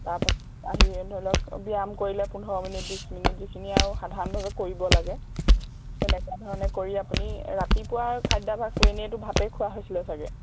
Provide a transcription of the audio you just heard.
তাৰপাছত আহি ধৰি লওক ব্যায়াম কৰিলে পোন্ধৰ মিনিট বিছ মিনিট যিখিনি আৰু সাধাৰণভাৱে কৰিব লাগে তেনেকুৱা ধৰণে কৰি আপুনি ৰাতিপুৱা খাদ্যাভাসটো এনেইতো ভাতেই খোৱা হৈছিলে চাগে